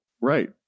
Right